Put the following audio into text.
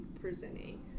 presenting